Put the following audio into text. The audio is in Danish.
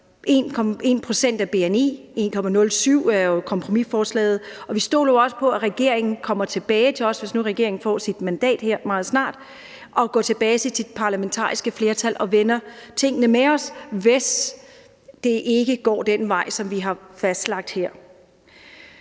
pct. er jo kompromisforslaget – og vi stoler også på, at regeringen, hvis nu regeringen her meget snart får sit mandat, kommer tilbage til os, altså går tilbage til sit parlamentariske flertal og vender tingene med os, hvis det ikke går den vej, som vi har fastlagt her.